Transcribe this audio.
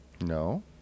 No